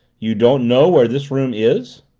you don't know where this room is?